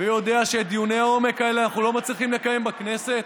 ויודע שדיוני עומק כאלה אנחנו לא מצליחים לקיים בכנסת?